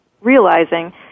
realizing